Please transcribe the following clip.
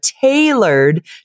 tailored